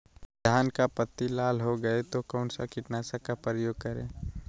धान की पत्ती लाल हो गए तो कौन सा कीटनाशक का प्रयोग करें?